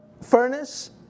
furnace